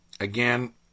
Again